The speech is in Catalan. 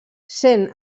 sent